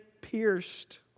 pierced